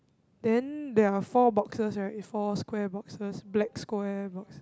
then there are four boxes right four square boxes black square box